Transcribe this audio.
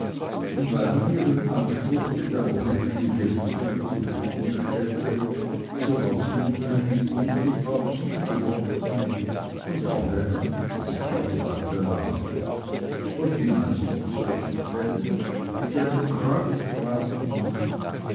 und weil man ihren anspruch mit einer hübschen geldsumme zufriedenstellte so war sie nun eine gute partie geworden und verheiratete sich auch bald danach und wie meist in solchen fällen mit einem kreuzbraven mann